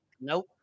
Nope